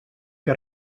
que